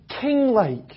king-like